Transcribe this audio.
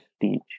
teach